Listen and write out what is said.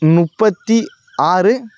முப்பத்தி ஆறு